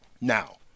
Now